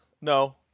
No